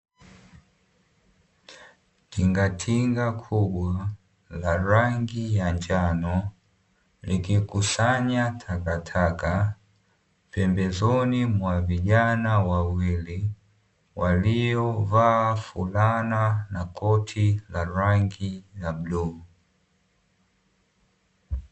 Tingatinga kubwa la rangi ya njano likikusanya takataka pembezoni mwa vijana wawili, waliovaa fulana na koti la rangi ya bluu.